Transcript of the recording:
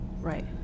Right